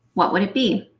what would it be?